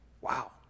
Wow